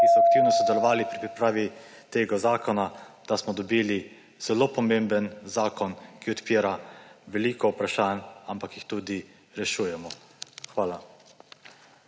ki so aktivno sodelovali pri pripravi tega zakona, da smo dobili zelo pomemben zakon, ki odpira veliko vprašanj, ampak jih tudi rešujemo. Hvala.